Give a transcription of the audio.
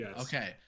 Okay